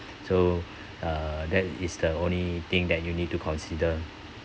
so uh that is the only thing that you need to consider